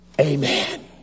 Amen